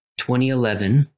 2011